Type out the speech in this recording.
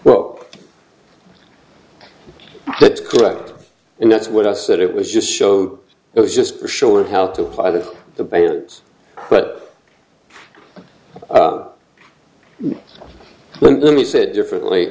well that's correct and that's what i said it was just show it was just showing how to apply the the bands but let me say it differently